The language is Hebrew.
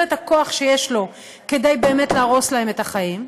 את הכוח שיש לו כדי באמת להרוס להם את החיים.